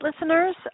listeners